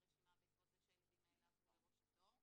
ברשימה בעקבות זה שהילדים האלה עברו לראש התור.